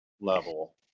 level